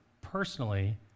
personally